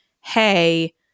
Hey